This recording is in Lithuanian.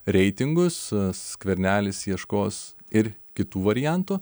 reitingus skvernelis ieškos ir kitų variantų